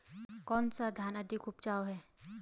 कौन सा धान अधिक उपजाऊ है?